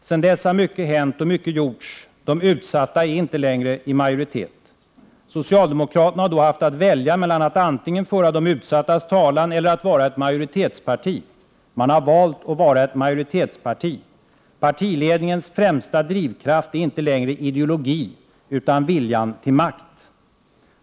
Sedan dess har mycket hänt och mycket gjorts. De utsatta är inte längre i majoritet. Socialdemokraterna har då haft att välja mellan att antingen föra de utsattas talan eller att vara ett majoritetsparti. Man har valt att vara ett majoritetsparti. Partiledningens främsta drivkraft är inte längre ideologi utan viljan till makt.